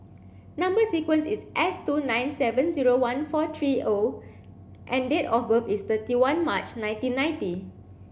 number sequence is S two nine seven zero one four three O and date of birth is thirty one March nineteen ninety